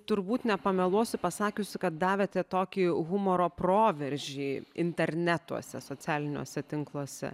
turbūt nepameluosiu pasakiusi kad davėte tokį humoro proveržį internetuose socialiniuose tinkluose